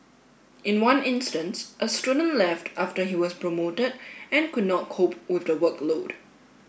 in one instance a student left after he was promoted and could not cope with the workload